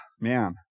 Man